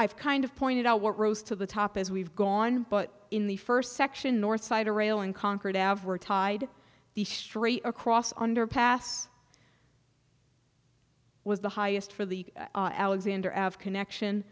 i've kind of pointed out what rose to the top as we've gone but in the first section north side a railing conquered average tide the straight across underpass was the highest for the alexander connection